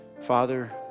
Father